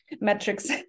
metrics